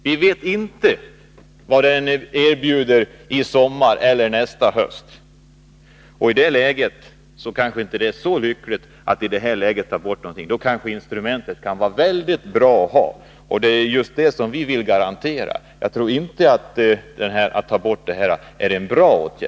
Vi vet inte vad den kommer att innebära i sommar eller nästa höst. I det läget är det inte så bra att ta bort någonting. Instrumentet kan vara mycket bra att ha, och därför vill vi för vår del ha kvar det. Jag tror alltså inte att det är bra att ta bort det här instrumentet.